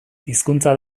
hizkuntza